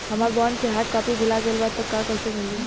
हमार बॉन्ड के hard copy भुला गएलबा त कैसे मिली?